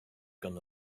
gone